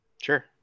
sure